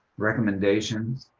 recommendations,